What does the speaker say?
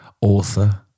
author